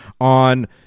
on